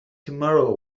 tomorrow